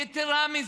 יתרה מזאת,